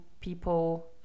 people